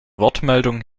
wortmeldung